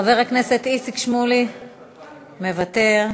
חבר הכנסת איציק שמולי, מוותר,